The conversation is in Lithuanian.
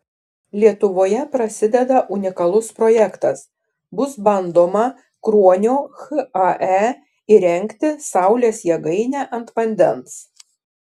lietuvoje prasideda unikalus projektas bus bandoma kruonio hae įrengti saulės jėgainę ant vandens